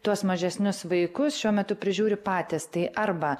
tuos mažesnius vaikus šiuo metu prižiūri patys tai arba